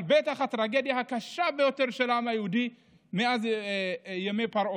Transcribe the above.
אבל בטח הטרגדיה הקשה ביותר של העם היהודי מאז ימי פרעה: